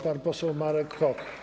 Pan poseł Marek Hok.